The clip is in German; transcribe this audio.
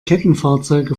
kettenfahrzeuge